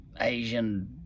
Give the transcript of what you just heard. Asian